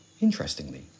Interestingly